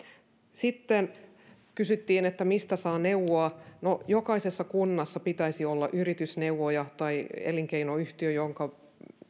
sitten kysyttiin että mistä saa neuvoa jokaisessa kunnassa pitäisi olla yritysneuvoja tai elinkeinoyhtiö jonka